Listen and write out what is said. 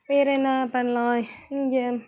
வேறு என்ன பண்ணலாம் இங்கே